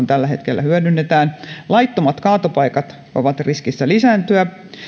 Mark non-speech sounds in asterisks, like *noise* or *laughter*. *unintelligible* tällä hetkellä hyödynnetään jo lähestulkoon yhdeksänkymmentä prosenttia laittomat kaatopaikat ovat riskissä lisääntyä